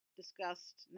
discussed